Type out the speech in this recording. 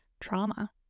trauma